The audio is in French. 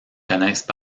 connaissent